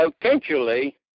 potentially